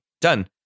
done